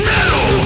Metal